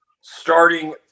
starting